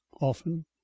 often